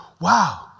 wow